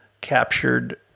captured